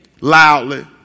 Loudly